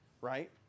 right